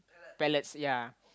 pellets ya